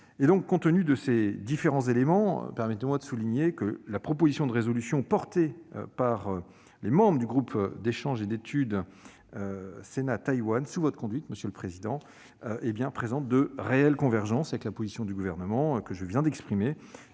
Compte tenu de ces différents éléments, permettez-moi de souligner que la proposition de résolution portée par les membres du groupe d'échanges et d'études Sénat-Taïwan, sous votre conduite, monsieur le président Richard, présente de réelles convergences avec la position du Gouvernement que je viens d'exprimer.